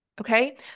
Okay